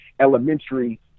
elementary